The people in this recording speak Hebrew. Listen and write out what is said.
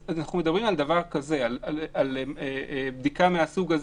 אז אנחנו מדברים על בדיקה מהסוג הזה,